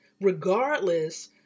regardless